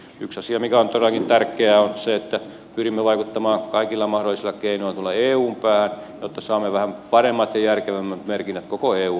yksi asia mikä on todellakin tärkeää on se että pyrimme vaikuttamaan kaikilla mahdollisilla keinoilla tuonne eun päähän jotta saamme vähän paremmat ja järkevämmät merkinnät koko eun alueelle